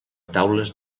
taules